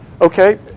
Okay